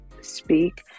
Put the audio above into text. speak